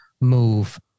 move